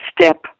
step